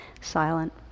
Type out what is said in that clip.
silent